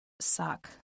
suck